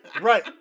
Right